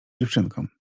dziewczynkom